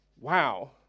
wow